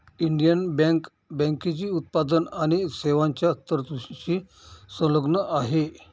Indian Bank बँकेची उत्पादन आणि सेवांच्या तरतुदींशी संलग्न आहे